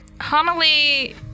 Homily